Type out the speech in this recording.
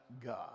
God